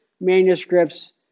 manuscripts